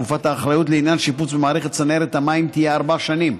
תקופת האחריות לעניין שיפוץ במערכת צנרת המים תהיה ארבע שנים,